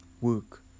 Work